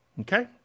Okay